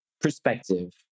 perspective